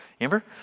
Amber